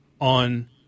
on